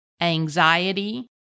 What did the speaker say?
anxiety